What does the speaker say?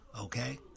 Okay